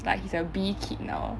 like he's a B kid now